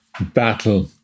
battle